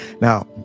Now